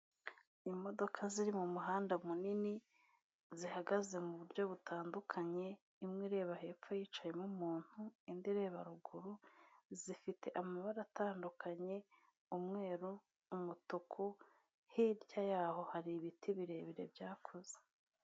Imodoka ziri mu muhanda munini zihagaze mu buryo butandukanye imwe ireba hepfo yicayemo umuntu indi ireba ruguru, zifite amabara atandukanye umweru, umutuku hirya yaho hari ibiti birebire byakuze.